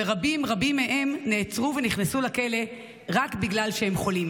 ורבים מהם נעצרו ונכנסו לכלא רק בגלל שהם חולים.